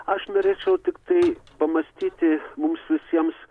aš norėčiau tiktai pamąstyti mums visiems